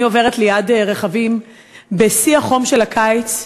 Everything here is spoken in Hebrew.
שכשאני עוברת ליד רכבים בשיא החום של הקיץ,